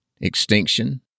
extinction